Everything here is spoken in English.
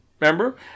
Remember